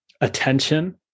attention